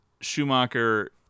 Schumacher